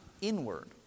inward